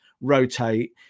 rotate